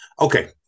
Okay